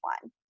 one